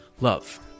love